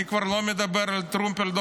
אני כבר לא מדבר על טרומפלדור,